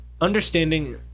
understanding